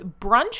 brunch